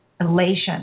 elation